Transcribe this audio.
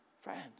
friends